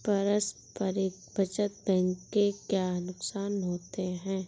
पारस्परिक बचत बैंक के क्या नुकसान होते हैं?